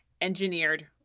engineered